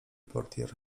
portier